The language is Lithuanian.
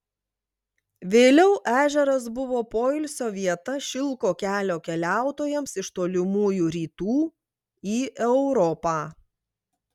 vėliau ežeras buvo poilsio vieta šilko kelio keliautojams iš tolimųjų rytų į europą